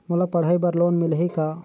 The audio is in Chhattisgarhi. मोला पढ़ाई बर लोन मिलही का?